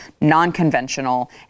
non-conventional